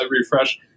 refresh